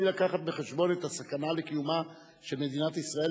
לקחת בחשבון את הסכנה לקיומה של מדינת ישראל.